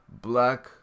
black